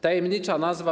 Tajemnicza nazwa.